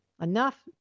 enough